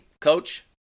coach